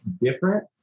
different